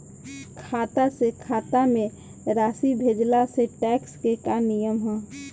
खाता से खाता में राशि भेजला से टेक्स के का नियम ह?